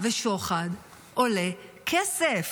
ושוחד עולה כסף.